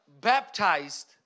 baptized